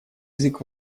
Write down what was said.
язык